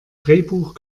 drehbuch